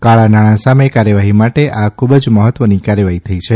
કાળા નાણાં સામે કાર્યવાહી માટે આ ખૂબ જ મહત્વની કાર્યવાહી થઇ છે